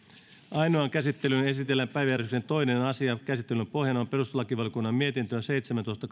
ainoaan käsittelyyn esitellään päiväjärjestyksen toinen asia käsittelyn pohjana on perustuslakivaliokunnan mietintö seitsemäntoista